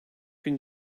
bin